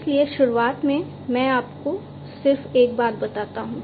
इसलिए शुरुआत में मैं आपको सिर्फ एक बात बताता हूं